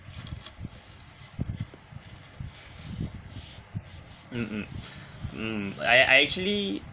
mm mm mm I I actually